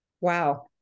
Wow